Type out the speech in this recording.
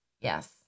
Yes